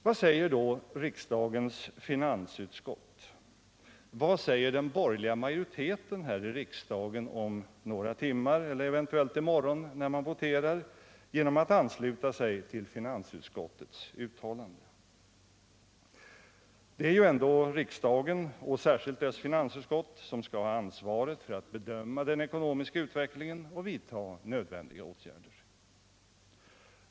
Vad säger då riksdagens finansutskott, vad säger den borgerliga majoriteten här i riksdagen om några timmar eller eventuellt i morgon genom att vid voteringen ansluta sig till finansutskottets uttalande? Det är ju ändå riksdagen och särskilt dess finansutskott som skall ha ansvaret för att bedöma den ekonomiska utvecklingen och vidta nödvändiga åtgärder.